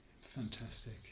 Fantastic